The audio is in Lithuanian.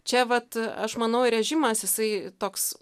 čia vat aš manau režimas jisai toks